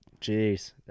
Jeez